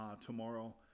tomorrow